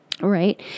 right